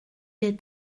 est